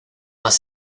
más